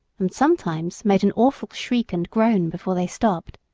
and sometimes made an awful shriek and groan before they stopped.